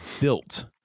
built